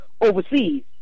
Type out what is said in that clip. overseas